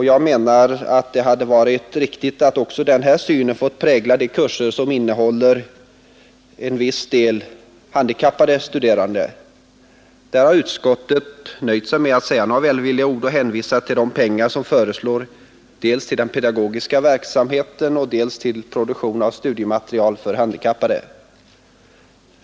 Jag menar att det hade varit riktigt att denna syn också fått prägla de kurser som till viss del även har handikappade elever. På den punkten har utskottet nöjt sig med att säga några välvilliga ord och hänvisa till de pengar som föreslås dels till pedagogisk verksamhet, dels till produktionen av studiematerial för handikappade.